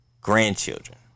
grandchildren